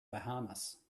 bahamas